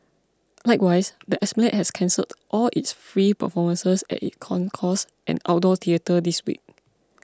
likewise the Esplanade has cancelled all its free performances at its concourse and outdoor theatre this week